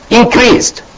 increased